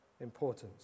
importance